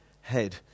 head